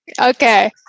Okay